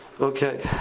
Okay